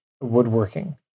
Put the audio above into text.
woodworking